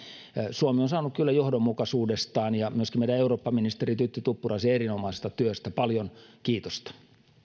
suomi on saanut kyllä johdonmukaisuudestaan ja myöskin meidän eurooppaministerimme tytti tuppuraisen erinomaisesta työstä paljon kiitosta